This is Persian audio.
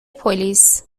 پلیس